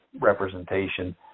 representation